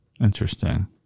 Interesting